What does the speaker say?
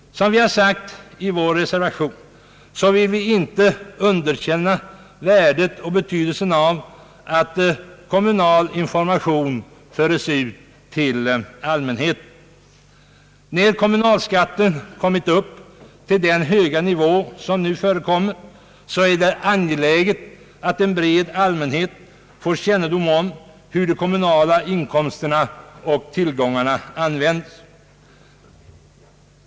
Som vi har sagt i vår reservation vill vi inte underkänna värdet och betydelsen av att kommunal information föres ut till allmänheten. När kommunalskatten kommit upp till den höga nivå som nu förekommer är det angeläget att en bred allmänhet får kännedom om hur de kommunala inkomsterna och tillgångarna användes.